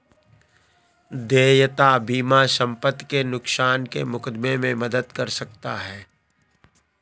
देयता बीमा संपत्ति के नुकसान के मुकदमे में मदद कर सकता है